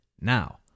now